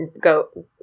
go